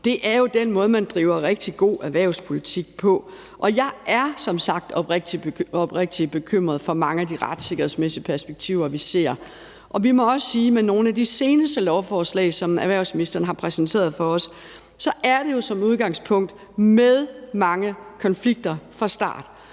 Det er jo den måde, man driver rigtig god erhvervspolitik på. Jeg er som sagt oprigtig bekymret for mange af de retssikkerhedsmæssige perspektiver, vi ser. Vi må også sige: Med nogle af de seneste lovforslag, som erhvervsministeren har præsenteret for os, er det jo som udgangspunkt med mange konflikter fra start.